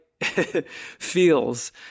feels